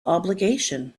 obligation